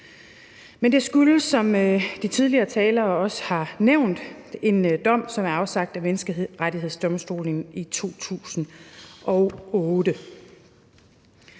Men det skyldes, som de forrige talere også har nævnt, en dom, som er afsagt af Menneskerettighedsdomstolen i 2008.